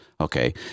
Okay